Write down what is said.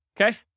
Okay